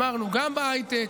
אמרנו: גם בהייטק,